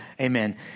Amen